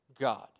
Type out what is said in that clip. God